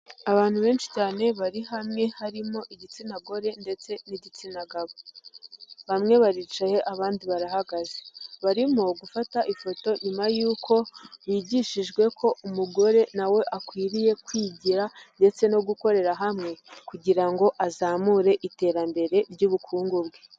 Abantu benshi cyane bari hamwe harimo igitsina gore ndetse n'igitsina gabo. Bamwe baricaye abandi barahagaze. Barimo gufata ifoto nyuma y'uko higishijwe ko umugore na we akwiriye kwigira ndetse no gukorera hamwe kugira ngo azamure iterambere ry'ubukungu bwe.